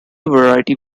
variety